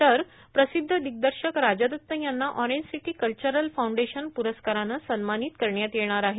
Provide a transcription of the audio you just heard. तर प्रसिद्ध दिग्दर्शक राजदत्त यांना ऑरेंज सिटी कल्वरल फाऊंडेशन प्ररस्कारानं सन्मानित करण्यात येणार आहे